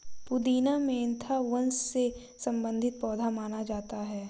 पुदीना मेंथा वंश से संबंधित पौधा माना जाता है